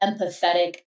empathetic